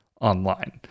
online